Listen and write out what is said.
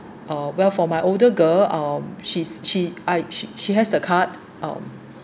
uh well for my older girl um she's she I she has the card um